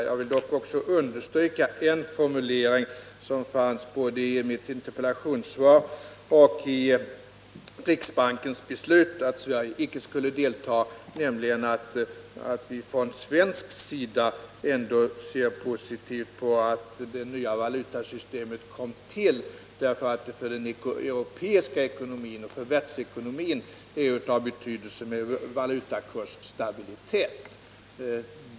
Jag vill också understryka en formulering som fanns både i mitt interpellationssvar och i riksbankens beslut om att Sverige icke skulle delta i EMS, nämligen att vi på svenskt håll ändå ser positivt på att det nya valutasystemet kom till. Det är ju för den europeiska ekonomin och för världsekonomin av betydelse att det föreligger en valutakursstabilitet.